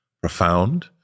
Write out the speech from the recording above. profound